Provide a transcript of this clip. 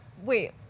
wait